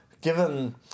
Given